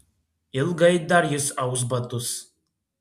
ilgai dar jis aus batus